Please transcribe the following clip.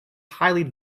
highly